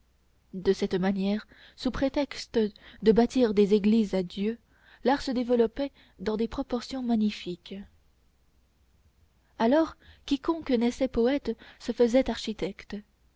de cette manière sous prétexte de bâtir des églises à dieu l'art se développait dans des proportions magnifiques alors quiconque naissait poète se faisait architecte